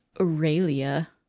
Aurelia